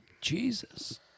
Jesus